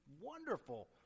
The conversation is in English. Wonderful